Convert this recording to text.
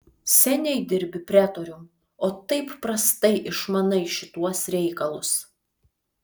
seniai dirbi pretorium o taip prastai išmanai šituos reikalus